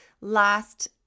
last